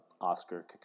Oscar